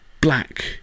Black